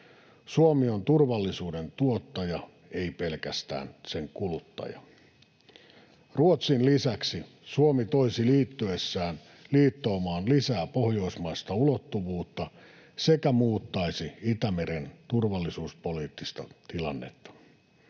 Suomi on turvallisuuden tuottaja, ei pelkästään sen kuluttaja. Ruotsin lisäksi Suomi toisi liittyessään liittoumaan lisää pohjoismaista ulottuvuutta sekä muuttaisi Itämeren turvallisuuspoliittista tilannetta.